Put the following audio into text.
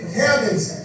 heaven's